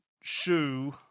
shoe